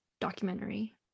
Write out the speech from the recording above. documentary